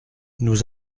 nous